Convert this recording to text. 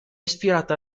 ispirata